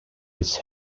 its